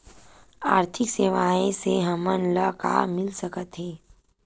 आर्थिक सेवाएं से हमन ला का मिल सकत हे?